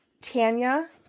Tanya